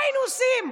מה היינו עושים?